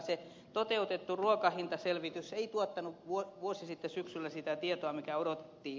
se toteutettu ruokahintaselvitys ei tuottanut vuosi sitten syksyllä sitä tietoa mitä odotettiin